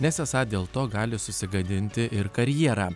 nes esą dėl to gali susigadinti ir karjera